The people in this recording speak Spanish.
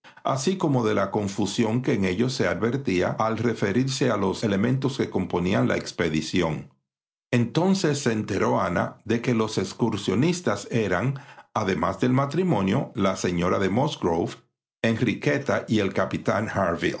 así como de la confusión que en ellos se advertía al referirse a los elementos que componían la expedición entonces se enteró ana de que los excursionistas eran además del matrimonio la señora de musgrove enriqueta y el capitán